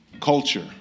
culture